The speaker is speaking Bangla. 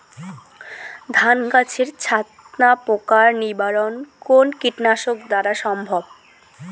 ধান গাছের ছাতনা পোকার নিবারণ কোন কীটনাশক দ্বারা সম্ভব?